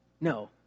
no